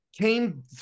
came